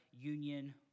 union